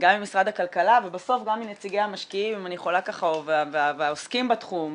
גם ממשרד הכלכלה ובסוף גם מנציגי המשקיעים והעוסקים בתחום